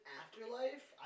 afterlife